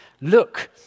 Look